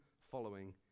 following